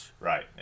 Right